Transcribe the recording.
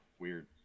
Weird